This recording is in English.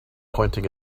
pointing